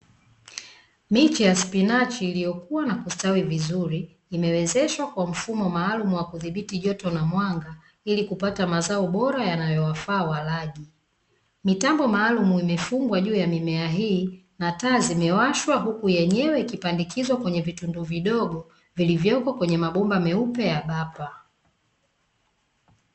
Miche ya spinachi iliyokuwa na kustawi vizuri, imewezeshwa kwa mfumo maalumu wa kudhibiti joto na mwanga, ili kupata mazao bora yanayowafaa walaji. Mitambo maalumu imefungwa juu ya mimea hii na taa zimewashwa, huku yenyewe ikipandikizwa kwenye vitundu vidogo, vilivyoko kwenye mabomba meupe ya bapa.